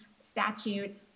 statute